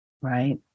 Right